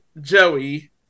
Joey